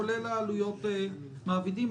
כולל עלויות המעבידים.